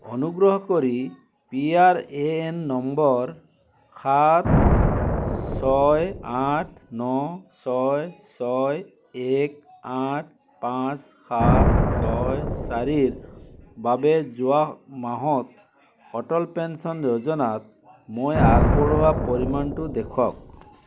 অনুগ্ৰহ কৰি P R A N নম্বৰ সাত ছয় আঠ ন ছয় ছয় এক আঠ পাঁচ সাত ছয় চাৰিৰ বাবে যোৱা মাহত অটল পেঞ্চন যোজনাত মই আগবঢ়োৱা পৰিমাণটো দেখুৱাওক